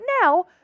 now